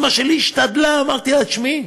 אימא שלי השתדלה, אמרתי לה: תשמעי,